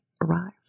arrived